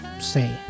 say